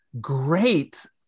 great